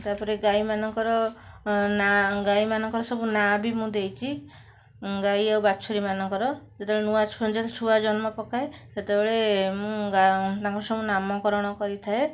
ତା'ପରେ ଗାଈମାନଙ୍କର ଗାଈମାନଙ୍କର ସବୁ ନାଁ ବି ମୁଁ ଦେଇଛି ଗାଈ ଆଉ ବାଛୁରୀମାନଙ୍କର ଯେତେବେଳେ ନୂଆ ଛୁଆ ଯଦି ଛୁଆଜନ୍ମ ପକାଏ ସେତେବେଳେ ମୁଁ ତାଙ୍କର ସବୁ ନାମକରଣ କରିଥାଏ